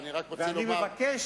אני מבקש